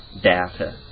data